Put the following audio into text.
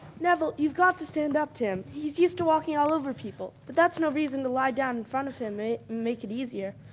neville, you've got to stand up to him. he's used to walking all over people but that's no reason to lie down in front of him and make it easier.